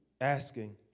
asking